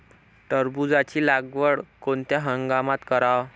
टरबूजाची लागवड कोनत्या हंगामात कराव?